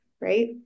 right